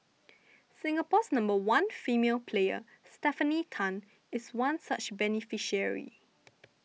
Singapore's number one female player Stefanie Tan is one such beneficiary